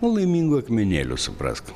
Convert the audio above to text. nu laimingų akmenėlių suprask